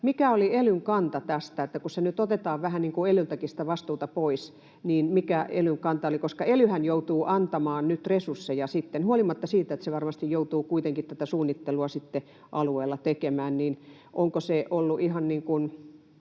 mikä oli elyn kanta tästä, kun nyt otetaan vähän elyltäkin sitä vastuuta pois. Mikä elyn kanta oli, koska elyhän joutuu antamaan nyt resursseja huolimatta siitä, että se varmasti joutuu kuitenkin tätä suunnittelua sitten alueella tekemään? Onko se ollut ihan elyjen kanta,